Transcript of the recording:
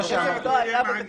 זה יהיה מעניין.